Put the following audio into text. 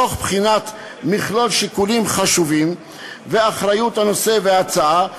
תוך בחינת מכלול שיקולים חשובים ואחריות הנושא וההצעה,